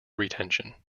retention